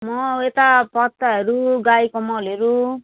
म यता पत्ताहरू गाईको मलहरू